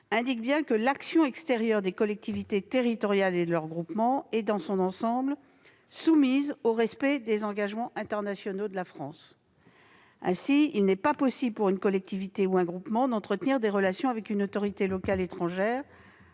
territoriales, l'action internationale des collectivités territoriales et de leurs groupements est soumise au « respect des engagements internationaux de la France ». Ainsi, il n'est pas possible, pour des collectivités ou leurs groupements, d'entretenir des relations avec une autorité locale étrangère